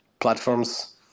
platforms